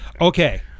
Okay